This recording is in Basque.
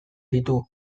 ditu